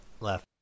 Left